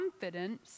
confidence